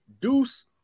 Deuce